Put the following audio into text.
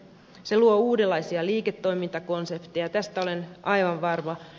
se luo uudenlaisia liiketoimintakonsepteja tästä olen aivan varma